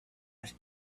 was